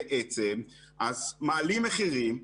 בעצם מעלים מחירים,